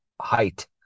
height